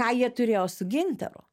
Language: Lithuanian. ką jie turėjo su gintaru